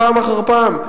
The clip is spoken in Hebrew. פעם אחר פעם,